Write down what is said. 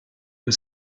you